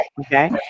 okay